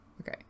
Okay